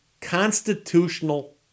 constitutional